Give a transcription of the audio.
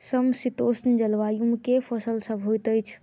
समशीतोष्ण जलवायु मे केँ फसल सब होइत अछि?